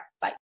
bye